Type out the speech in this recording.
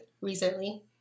recently